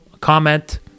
Comment